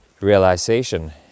realization